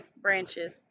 branches